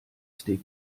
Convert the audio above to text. steak